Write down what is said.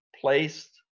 placed